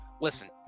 listen